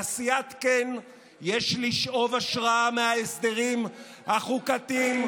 בעשיית כן יש לשאוב השראה מההסדרים החוקתיים